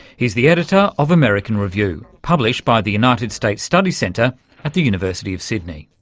he's the editor of american review, published by the united states studies centre at the university of sydney.